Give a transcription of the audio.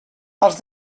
els